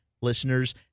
listeners